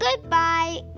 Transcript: Goodbye